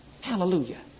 Hallelujah